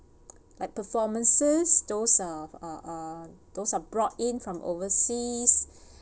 like performances those uh uh uh uh those are brought in from overseas